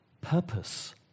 purpose